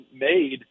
made